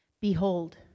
Behold